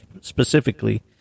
specifically